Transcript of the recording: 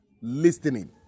listening